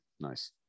nice